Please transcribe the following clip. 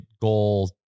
goal